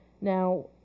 Now